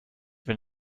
wenn